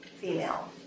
female